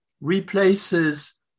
replaces